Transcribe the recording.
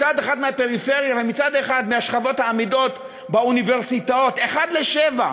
מצד אחד מהפריפריה ומצד אחד מהשכבות האמידות באוניברסיטאות: 1 ל-7,